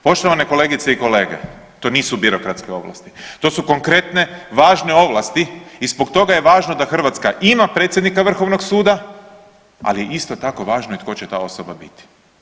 Poštovane kolegice i kolege, to nisu birokratske ovlasti, to su konkretne vlažne ovlasti i zbog toga je važno da Hrvatska ima predsjednika Vrhovnog suda, ali isto tako važno je tko že ta osoba biti.